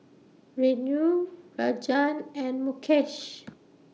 Renu Rajan and Mukesh